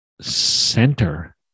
center